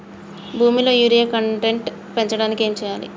భూమిలో urea content పెంచడానికి ఏం చేయాలి?